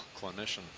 clinician